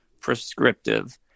prescriptive